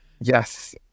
Yes